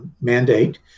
mandate